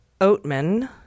Oatman